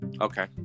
Okay